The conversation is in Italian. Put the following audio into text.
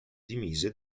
dimise